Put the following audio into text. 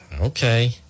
okay